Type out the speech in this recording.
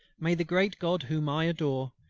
may the great god whom i adore,